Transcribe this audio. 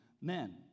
men